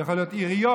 זה יכול להיות עיריות,